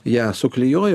ją suklijuoja